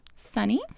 Sunny